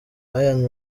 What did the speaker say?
ian